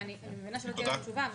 ואני מבינה שלא תהיה לי תשובה,